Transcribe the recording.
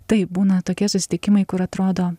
taip būna tokie susitikimai kur atrodo